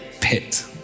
pit